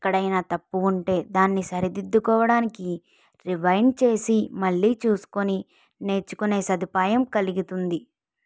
ఎక్కడైనా తప్పు ఉంటే దాన్ని సరిదిద్దుకోవడానికి రివైండ్ చేసి మళ్ళీ చూసుకొని నేర్చుకునే సదుపాయం కలుగుతుంది